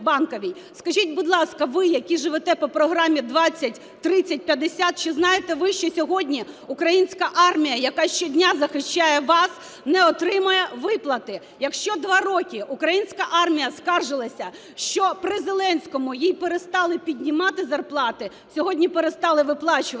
Скажіть, будь ласка, ви, які живете по програмі 20/30/50, чи знаєте ви, що сьогодні українська армія, яка щодня захищає вас, не отримує виплати. Якщо два роки українська армія скаржилася, що при Зеленському їй перестали піднімати зарплати, сьогодні перестали виплачувати.